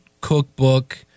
cookbook